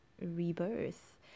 rebirth